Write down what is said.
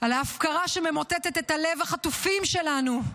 על ההפקרה שממוטטת את הלב, החטופים שלנו.